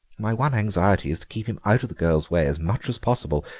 my one anxiety is to keep him out of the girl's way as much as possible,